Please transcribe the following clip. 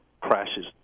crashes